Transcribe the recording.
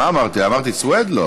מה אמרתי, סויד?